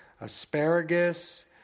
asparagus